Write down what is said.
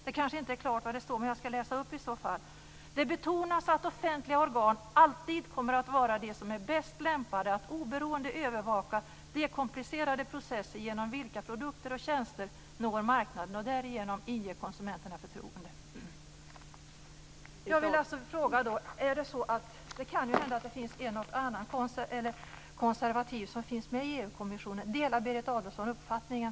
Det kanske inte är klart vad det står, men jag skall läsa upp det: Det betonas att offentliga organ alltid kommer att vara de som är bäst lämpade att oberoende övervaka de komplicerade processer genom vilka produkter och tjänster når marknaden och därigenom inger konsumenterna förtroende. Det kan ju hända att det finns en och annan konservativ med i EU-kommissionen. Delar Berit Adolfsson den här uppfattningen?